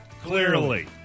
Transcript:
Clearly